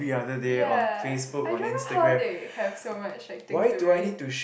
ya I don't know how they have so much like things to write